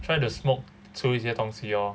try to smoke to 出一些东西 lor